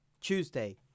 tuesday